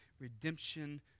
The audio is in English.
redemption